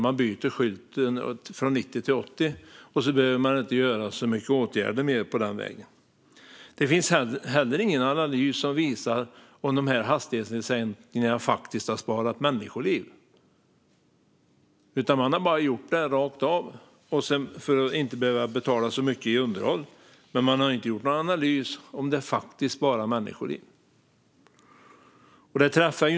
Man byter skylt från 90 till 80, och så behöver man inte vidta så mycket mer åtgärder på den vägen. Det finns heller ingen analys som visar om hastighetssänkningarna faktiskt har sparat människoliv. Man har bara gjort dem rakt av för att inte behöva betala så mycket för underhåll, men man har inte gjort någon analys av om det faktiskt sparar människoliv.